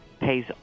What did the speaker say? pays